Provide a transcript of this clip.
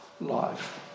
life